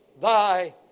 Thy